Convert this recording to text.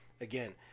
Again